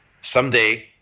someday